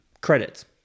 credits